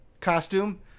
costume